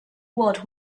what